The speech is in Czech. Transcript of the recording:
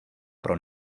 pro